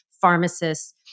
pharmacists